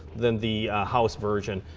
than the house version.